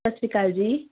ਸਤਿ ਸ਼੍ਰੀ ਅਕਾਲ ਜੀ